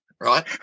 right